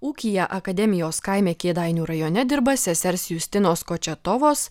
ūkyje akademijos kaime kėdainių rajone dirba sesers justinos kočetovos